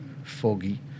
Foggy